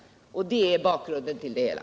Det är bakgrunden till det hela.